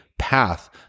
path